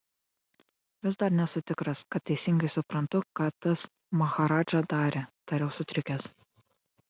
vis dar nesu tikras kad teisingai suprantu ką tas maharadža darė tariau sutrikęs